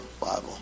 Bible